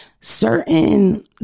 certain